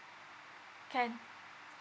can